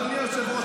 אדוני היושב-ראש,